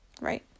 right